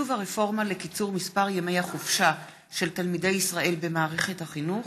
תקצוב הרפורמה לקיצור מספר ימי החופשה של תלמידי ישראל במערכת החינוך.